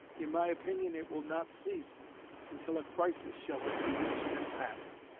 in my opinion it will not cease until a crisis shall have been reached and passed.